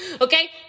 okay